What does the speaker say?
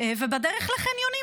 ובדרך לחניונים.